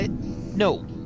No